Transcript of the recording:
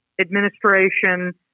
administration